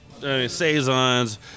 saisons